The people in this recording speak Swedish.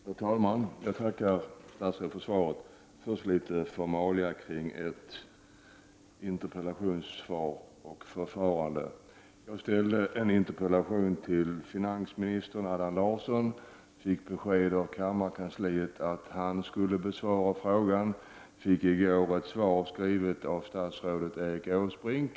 Herr talman! Jag tackar statsrådet för svaret. Först litet formalia kring förfarandet med interpellationssvaret. Jag ställde en interpellation till finansministern Allan Larsson och fick besked av kammarkansliet att han skulle besvara den. I går fick jag ett svar skrivet av statsrådet Erik Åsbrink.